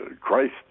Christ